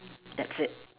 that's it